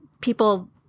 people